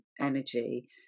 energy